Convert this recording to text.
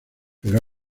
pero